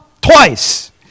twice